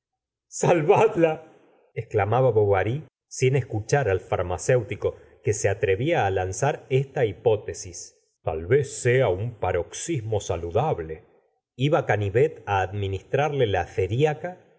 salvadla exclamaba bovary sin escuchar al farmacéutico que se atrevía á lanzar esta hipótesis tal vez sea un paroxismo saludable iba canivet á administrarle la